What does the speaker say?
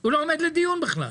הוא לא עומד לדיון בכלל,